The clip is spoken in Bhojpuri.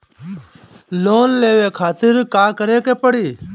लोन लेवे खातिर का करे के पड़ी?